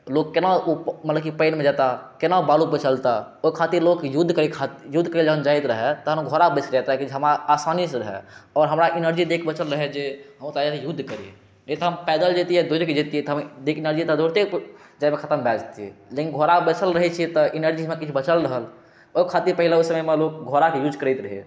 लोक केना ओ मतलब की पानिमे जेता केना ओ बालू पर चलता ओहि खातिर लोग युद्धक करय लए लोग जाइत रहय तखन घोड़ा बेसिकऽ तखन आसानीसँ रहय आओर हमरा एनर्जी देहक बचलरहय जे हम युद्ध करि नहि तऽ हम पैदल जैतियै दौड़िकऽ जैतियै तऽ देहक एनर्जी दौड़ते जायमे खत्म भऽ जेतै लेकिन घोड़ा पर बैसलि रहै छियै तऽ एनर्जी मे किछु बचल रहल ओहि खातिर पाहिले ओहि समयमे लोक घोड़ाक यूज़ करैत रहै